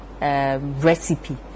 recipe